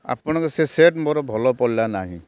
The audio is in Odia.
ଆପଣଙ୍କର ସେ ସେଟ୍ ମୋର ଭଲ ପଡ଼ିଲା ନାହିଁ